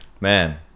man